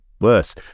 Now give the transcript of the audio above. worse